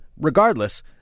regardless